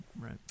right